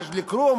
מג'ד-אלכרום,